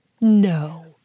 No